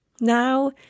Now